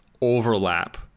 overlap